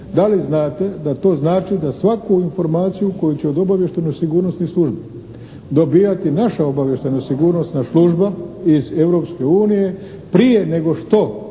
da li znate da to znači da svaku informaciju koju će od obavještajno-sigurnosnih službi dobivati naša obavještajno-sigurnosna služba iz Europske unije